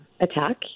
attack